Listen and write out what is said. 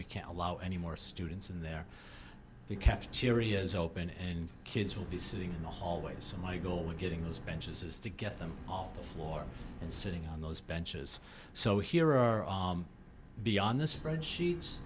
we can't allow any more students in there the cafeteria is open and kids will be sitting in the hallways so my goal in getting those benches is to get them off the floor and sitting on those benches so here are beyond this fred she